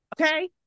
Okay